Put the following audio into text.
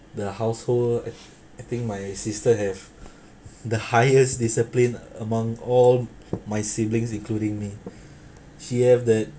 the household I I think my sister have the highest discipline among all my siblings including me she have the